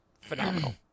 phenomenal